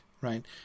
right